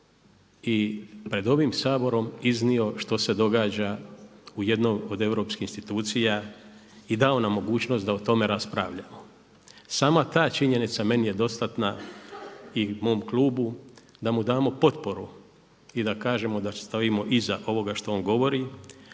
i pred ovim Saborom iznio što se događa u jednom od europskih institucija i dao nam mogućnost da o tome raspravljamo. Sama ta činjenica meni je dostatna i mom klubu da mu damo potporu i da kažemo da stojimo iza ovoga što on govori.